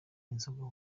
inzoga